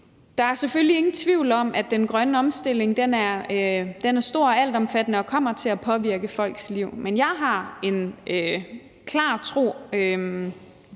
Der er selvfølgelig ingen tvivl om, at den grønne omstilling er stor og altomfattende og kommer til at påvirke folks liv. Men jeg har en klar tro